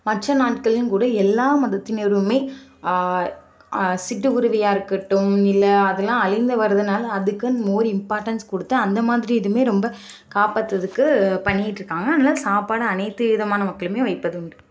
மற்ற நாட்களிலும்கூட எல்லா மதத்தினருமே சிட்டுக்குருவியா இருக்கட்டும் இல்லை அதெலாம் அழிந்து வரதுனால அதுக்குன்னு மோர் இம்பார்ட்டன்ஸ் கொடுத்து அந்த மாதிரி இதுமே ரொம்ப காப்பாத்துறதுக்கு பண்ணிட்டுருக்காங்க அதனால் சாப்பாடு அனைத்து விதமான மக்களுமே வைப்பது உண்டு